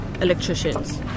electricians